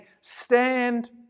stand